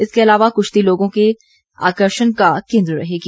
इसके अलावा कृश्ती लोगों के आकर्षण का केंद्र रहेगी